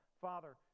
Father